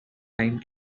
time